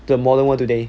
the modern world today